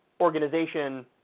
organization